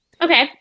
Okay